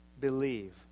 believe